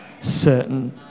certain